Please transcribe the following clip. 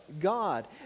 God